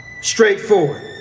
straightforward